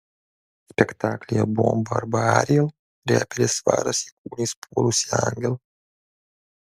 spektaklyje bomba arba ariel reperis svaras įkūnys puolusį angelą